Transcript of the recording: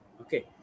Okay